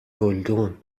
گلدون